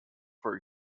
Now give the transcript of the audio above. for